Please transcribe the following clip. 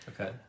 okay